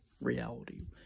reality